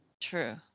True